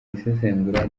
isesengura